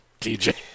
TJ